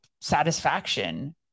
satisfaction